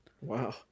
Wow